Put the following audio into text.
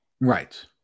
right